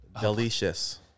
Delicious